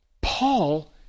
Paul